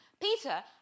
Peter